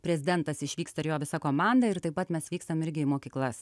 prezidentas išvyksta ir jo visa komanda ir taip pat mes vykstam irgi į mokyklas